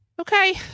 okay